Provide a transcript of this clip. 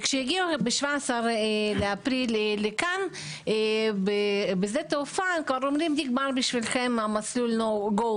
כשהגיעו ב-17 באפריל לכאן בשדה תעופה אומרים: נגמר לכם המסלול גו